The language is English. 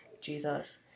Jesus